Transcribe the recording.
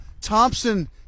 Thompson